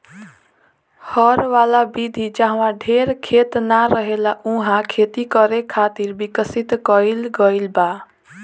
हर वाला विधि जाहवा ढेर खेत ना रहेला उहा खेती करे खातिर विकसित कईल गईल बा